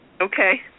Okay